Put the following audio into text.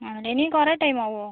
ആണോ ഇനിയും കുറെ ടൈം ആവോ